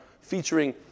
featuring